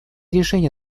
решения